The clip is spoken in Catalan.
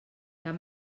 cap